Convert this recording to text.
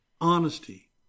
Honesty